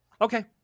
Okay